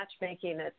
matchmaking